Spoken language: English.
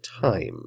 time